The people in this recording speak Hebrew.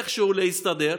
איכשהו להסתדר.